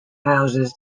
houses